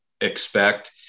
expect